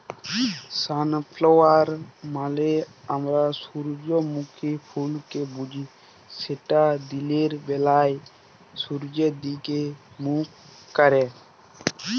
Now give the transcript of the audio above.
sunflower মালে আমরা সূজ্জমুখী ফুলকে বুঝি যেট দিলের ব্যালায় সূয্যের দিগে মুখ ক্যারে